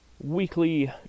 weekly